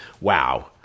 wow